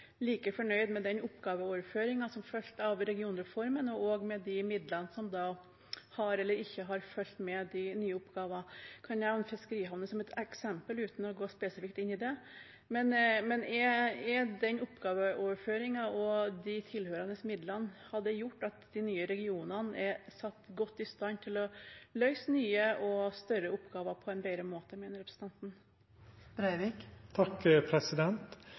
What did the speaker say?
like fornøyd med den oppgaveoverføringen som fulgte av regionreformen, og med de midlene som har eller ikke har fulgt med de nye oppgavene. Jeg kan nevne fiskerihavner som et eksempel, uten å gå spesifikt inn i det. Mener representanten at oppgaveoverføringen og de tilhørende midlene har gjort at de nye regionene er satt godt i stand til å løse nye og større oppgaver på en bedre måte?